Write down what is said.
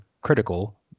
critical